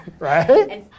Right